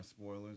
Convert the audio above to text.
spoilers